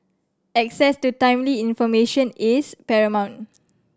access to timely information is paramount